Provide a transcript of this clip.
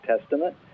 Testament